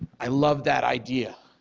i love that idea.